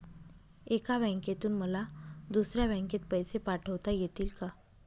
एका बँकेतून मला दुसऱ्या बँकेत पैसे पाठवता येतील का?